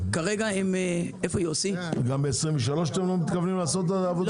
ב-2023 אתם לא מתכוונים לעשות את העבודה?